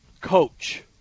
coach